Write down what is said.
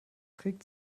trägt